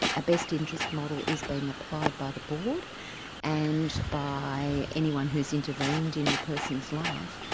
a best-interest model is being applied by the board and by anyone who's intervened in the person's life,